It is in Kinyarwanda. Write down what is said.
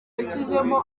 yashyizemo